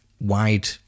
wide